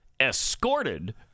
escorted